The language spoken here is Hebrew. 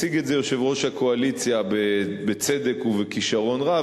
הציג את זה יושב-ראש הקואליציה בצדק ובכשרון רב.